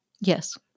Yes